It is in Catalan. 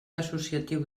associatiu